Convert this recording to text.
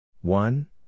One